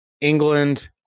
England